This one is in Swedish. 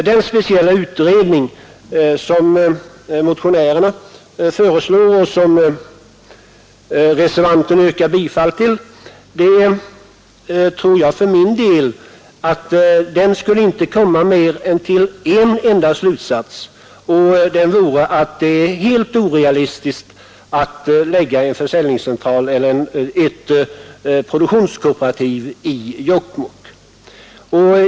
Den speciella utredning som motionärerna föreslår och som reservanten yrkar på tror jag för min del inte skulle komma till mer än en enda slutsats, nämligen att det är helt orealistiskt att lägga en försäljningscentral eller ett produktionskooperativ i Jokkmokk.